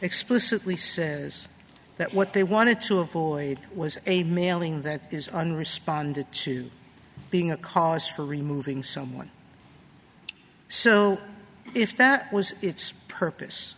explicitly says that what they wanted to avoid was a mailing that is on responded to being a cause for removing someone so if that was its purpose